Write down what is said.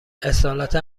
اصالتا